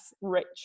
rich